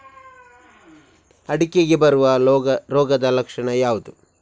ಅಡಿಕೆಗೆ ಬರುವ ರೋಗದ ಲಕ್ಷಣ ಯಾವುದು?